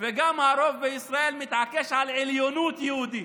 וגם הרוב בישראל מתעקש על עליונות יהודית,